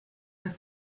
der